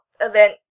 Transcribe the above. event